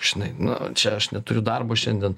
žinai nu čia aš neturiu darbo šiandien